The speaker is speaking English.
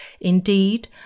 Indeed